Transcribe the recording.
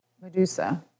Medusa